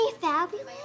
fabulous